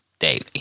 daily